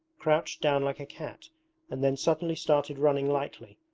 crouched down like a cat and then suddenly started running lightly,